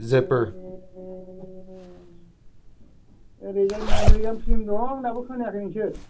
ए ओरैजाय मोनब्रै गाहाम फ्लिम दं दाबो खोनायाखै नोंसोर